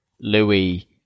Louis